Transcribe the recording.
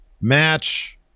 match